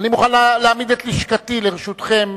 אני מוכן להעמיד את לשכתי לרשותכם,